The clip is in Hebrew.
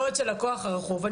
לא אצל הכוח הרכוב,